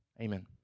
Amen